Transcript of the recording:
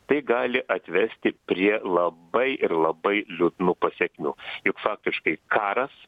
tai gali atvesti prie labai ir labai liūdnų pasekmių juk faktiškai karas